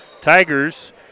Tigers